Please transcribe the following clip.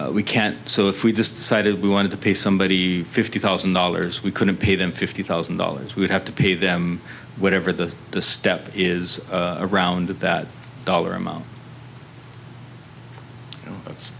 that we can't so if we decided we wanted to pay somebody fifty thousand dollars we couldn't pay them fifty thousand dollars we'd have to pay them whatever the the step is around that dollar amount